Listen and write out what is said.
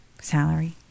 salary